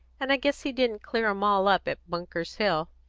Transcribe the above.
and i guess he didn't clear em all up at bunker's hill.